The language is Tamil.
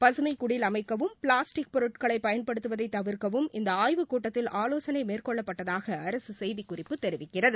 பசுமைக்குடில் அமைக்கவும் பிளாஸ்டிக் பொருட்களை பயன்படுத்துவதை தவிர்க்கவும் இந்த ஆய்வுக்கூடத்தில் ஆலோசனை மேற்கொள்ளப்பட்டதாக அரசு செய்திக்குறிப்பு தெரிவிக்கிறது